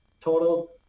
total